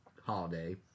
holiday